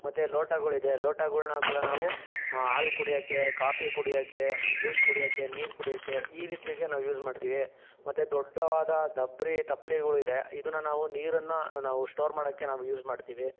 ಮತ್ತೆ ಲೋಟಗಳು ಇದೆ ಲೋಟಗಳನ್ನ ಕೂಡ ನಾವು ಹಾಲು ಕುಡಿಯೋಕ್ಕೆ ಕಾಫಿ ಕುಡಿಯೋಕ್ಕೆ ಜ್ಯೂಸ್ ಕುಡಿಯೋಕ್ಕೆ ನೀರು ಕುಡಿಯೋಕ್ಕೆ ಈ ರೀತಿಯಾಗಿ ನಾವು ಯೂಸ್ ಮಾಡ್ತೀವಿ ಮತ್ತೆ ದೊಡ್ಡದಾದ ದಬ್ರಿ ತಪ್ಲಿಗಳು ಇದೆ ಇದನ್ನು ನಾವು ನೀರನ್ನು ನಾವು ಸ್ಟೋರ್ ಮಾಡೋಕ್ಕೆ ನಾವು ಯೂಸ್ ಮಾಡ್ತೀವಿ